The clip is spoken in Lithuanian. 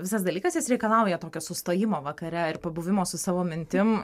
visas dalykas jis reikalauja tokio sustojimo vakare ir pabuvimo su savo mintim